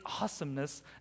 awesomeness